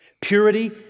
Purity